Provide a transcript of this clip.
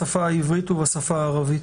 בשפה העברית ובשפה הערבית.